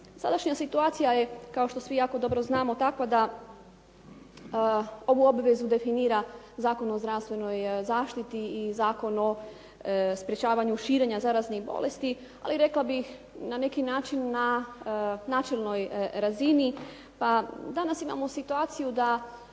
Sadašnja situacija je, kao što svi jako dobro znamo takva da ovu obvezu definira Zakon o zdravstvenoj zaštiti i Zakon o sprječavanju širenja zaraznih bolesti, ali rekla bih na neki način na načelnoj razini pa danas imamo situaciju da